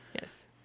yes